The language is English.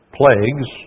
plagues